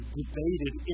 debated